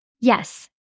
Yes